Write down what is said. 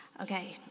Okay